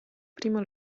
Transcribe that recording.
prima